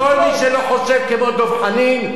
כל מי שלא חושב כמו דב חנין,